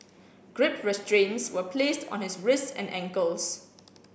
grip restraints were placed on his wrists and ankles